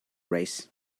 race